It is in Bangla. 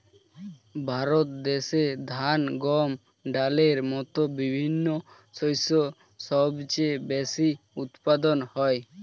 ভারত দেশে ধান, গম, ডালের মতো বিভিন্ন শস্য সবচেয়ে বেশি উৎপাদন হয়